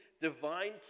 divine